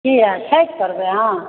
की हाल छठि करबै अहाँ